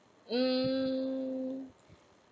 mm